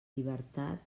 llibertat